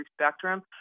spectrum